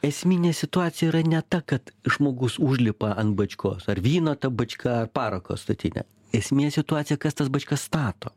esminė situacija yra ne ta kad žmogus užlipa an bačkos ar vyno ta bačka ar parako statinė esminė situacija kas tas bačkas stato